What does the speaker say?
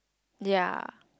ya